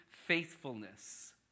faithfulness